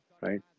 right